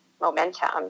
momentum